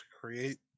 create